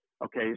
Okay